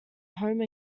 home